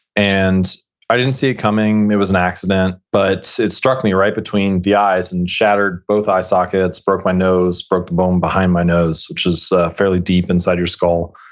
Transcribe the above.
and i didn't see it coming, it was an accident. but it struck me right between the eyes and shattered both eye sockets, broke my nose, broke the bone behind my nose, which was fairly deep inside your skull.